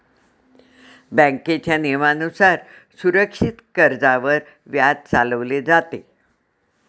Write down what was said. बँकेच्या नियमानुसार सुरक्षित कर्जावर व्याज चालवले जाते